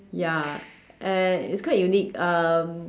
ya and it's quite unique um